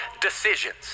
decisions